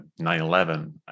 9-11